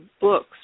books